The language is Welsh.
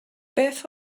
beth